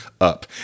up